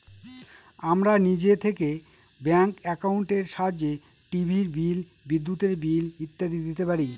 আমরা নিজে থেকে ব্যাঙ্ক একাউন্টের সাহায্যে টিভির বিল, বিদ্যুতের বিল ইত্যাদি দিতে পারি